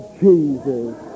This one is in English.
Jesus